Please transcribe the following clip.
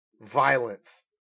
violence